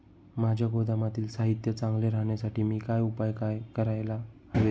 माझ्या गोदामातील साहित्य चांगले राहण्यासाठी मी काय उपाय काय करायला हवेत?